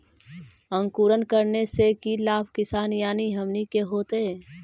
अंकुरण करने से की लाभ किसान यानी हमनि के होतय?